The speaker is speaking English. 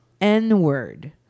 N-word